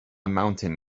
mountain